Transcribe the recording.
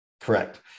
Correct